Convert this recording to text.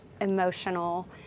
emotional